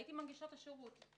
הייתי מנגישה את השירות.